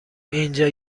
اینجا